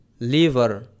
liver